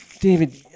David